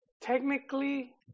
technically